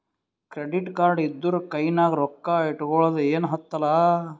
credit card ಇದ್ದೂರ ಕೈನಾಗ್ ರೊಕ್ಕಾ ಇಟ್ಗೊಳದ ಏನ್ ಹತ್ತಲಾ